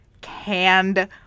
canned